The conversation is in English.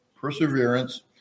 Perseverance